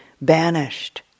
banished